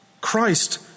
Christ